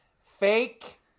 fake